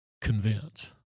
convince